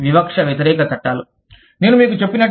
వివక్ష వ్యతిరేక చట్టాలు నేను మీకు చెప్పినట్లు